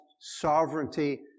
sovereignty